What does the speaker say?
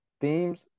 themes